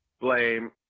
blame